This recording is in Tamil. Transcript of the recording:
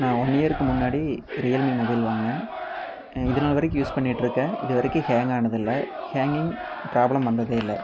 நான் ஒன் இயர்க்கு முன்னாடி ரியல்மீ மொபைல் வாங்கினேன் இதுநாள் வரைக்கு யூஸ் பண்ணிட்டுருக்கேன் இதுவரைக்கு ஹேங் ஆனதில்லை ஹேங்கிங் ப்ராப்ளம் வந்ததே இல்லை